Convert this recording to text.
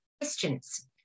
questions